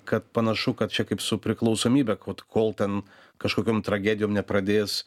kad panašu kad čia kaip su priklausomybe kad kol ten kažkokiom tragedijom nepradės